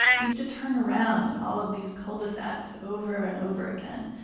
you have to turn around in all of these cul-de-sacs, over and over again.